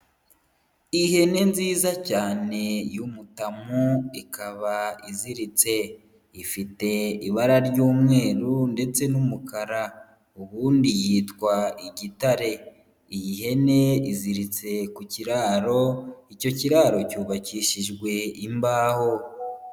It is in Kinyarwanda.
Ihene nziza cyane y'umutamu ikaba iziritse. Ifite ibara ry'umweru ndetse n'umukara, ubundi yitwa igitare, iyi hene iziritse ku kiraro, icyo kiraro cyubakishijwe imbaho.